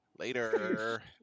Later